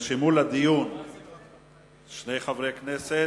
נרשמו לדיון שני חברי כנסת,